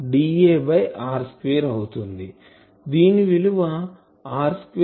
దీని విలువ r2 dPr dA